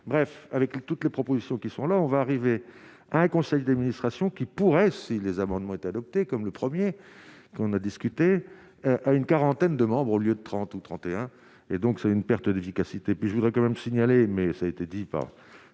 Bref, avec toutes les propositions qui sont là, on va arriver à un conseil d'administration qui pourrait, si les amendements adoptés comme le 1er qu'on a discuté à une quarantaine de membres au lieu de 30 ou 31 et donc c'est une perte d'efficacité, puis je voudrais quand même signaler mais ça a été dit par